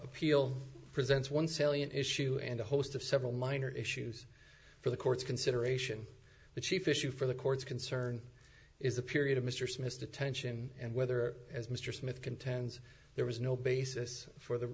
appeal presents one salient issue and a host of several minor issues for the court's consideration the chief issue for the court's concern is a period of mr smith's detention and whether as mr smith contends there was no basis for the